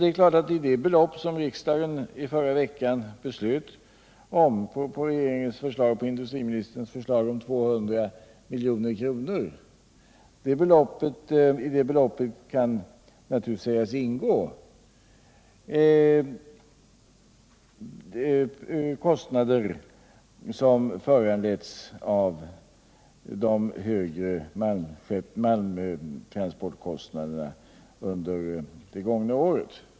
Det är klart att i det belopp, 200 milj.kr., som riksdagen i förra veckan på industriministerns förslag beslöt anslå kan sägas ingå kostnader som föranletts av högre malmtransportkostnader under det gångna året.